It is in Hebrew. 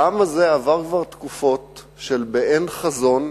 העם הזה עבר כבר תקופות של באין חזון,